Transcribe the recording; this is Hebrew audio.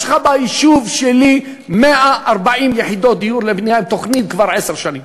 יש לך ביישוב שלי 140 יחידות דיור לבנייה עם תוכנית כבר עשר שנים.